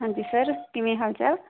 ਹਾਂਜੀ ਸਰ ਕਿਵੇਂ ਹਾਲ ਚਾਲ